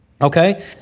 okay